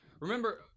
Remember